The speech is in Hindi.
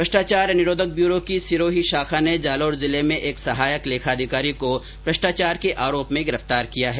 भ्रष्टाचार निरोधक ब्यूरो की सिरोही शाखा ने जालौर जिले में एक सहायक लेखाधिकारी को भ्रष्टाचार के आरोप में गिरफ्तार किया है